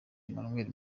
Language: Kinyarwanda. emmanuel